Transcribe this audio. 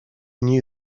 knew